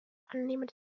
unnamed